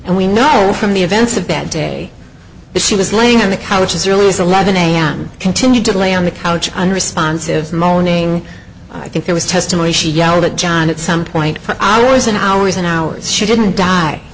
and we know from the events of bad day that she was laying on the couch israelis eleven am continued to lay on the couch unresponsive moaning i think there was testimony she yelled at john at some point for hours and hours and hours she didn't die